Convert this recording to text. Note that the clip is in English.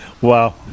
Wow